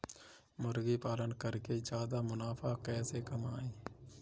मुर्गी पालन करके ज्यादा मुनाफा कैसे कमाएँ?